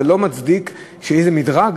זה לא מצדיק שיהיה איזה מדרג?